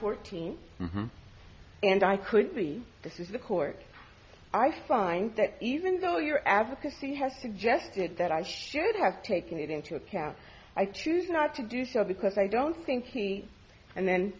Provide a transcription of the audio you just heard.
fourteenth and i could see this is a court i find that even though your advocacy has suggested that i should have taken it into account i choose not to do so because i don't think he and then